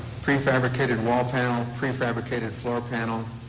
prefabricated wall panel, prefabricated floor panel,